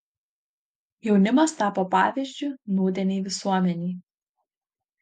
jaunimas tapo pavyzdžiu nūdienei visuomenei